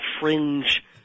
fringe